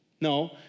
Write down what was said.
No